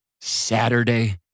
Saturday